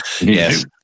Yes